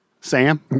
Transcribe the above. Sam